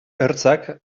ertzak